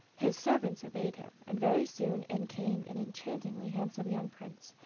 his servants obeyed him, and very soon in came an enchantingly handsome young prince,